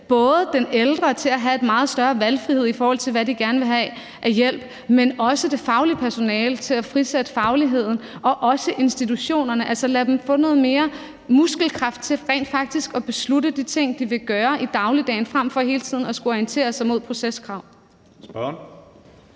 med hensyn til at have en meget større valgfrihed, i forhold til hvad de gerne vil have af hjælp, men også det faglige personale og frisætte fagligheden og også institutionerne, altså lade dem få noget mere muskelkraft til rent faktisk at beslutte de ting, de vil gøre i dagligdagen, frem for hele tiden at skulle orientere sig mod proceskrav. Kl.